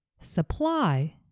supply